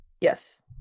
Yes